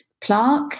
plaque